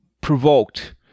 provoked